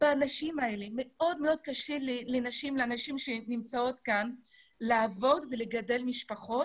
מאוד מאוד קשה לנשים שנמצאות כאן לעבוד ולגדל משפחה